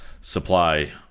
supply